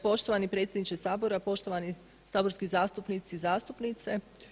Poštovani predsjedniče Sabora, poštovani saborski zastupnici i zastupnice.